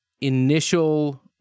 initial